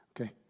Okay